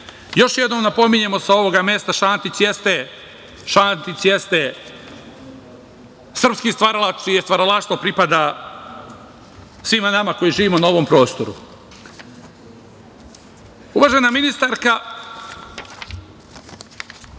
Još jednom napominjemo sa ovoga mesta, Šantić jeste srpski stvaralac, čije stvaralaštvo pripada svima nama koji živimo na ovom prostoru. Uvažena ministarka,